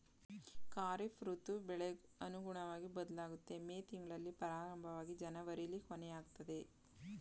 ಖಾರಿಫ್ ಋತು ಬೆಳೆಗ್ ಅನುಗುಣ್ವಗಿ ಬದ್ಲಾಗುತ್ತೆ ಮೇ ತಿಂಗ್ಳಲ್ಲಿ ಪ್ರಾರಂಭವಾಗಿ ಜನವರಿಲಿ ಕೊನೆಯಾಗ್ತದೆ